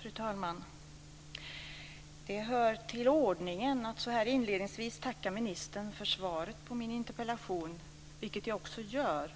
Fru talman! Det hör till ordningen att inledningsvis tacka ministern för svaret på min interpellation, vilket jag också gör.